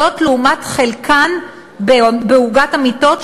זאת לעומת חלקן בעוגת המיטות,